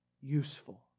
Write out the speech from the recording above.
useful